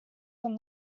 from